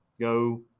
go